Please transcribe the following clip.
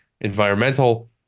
environmental